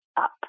up